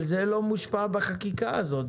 זה לא מושפע מהחקיקה הזאת,